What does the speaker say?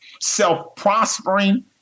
self-prospering